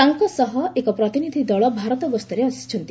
ତାଙ୍କ ସହ ଏକ ପ୍ରତିନିଧି ଦଳ ଭାରତ ଗସ୍ତରେ ଆସିଛନ୍ତି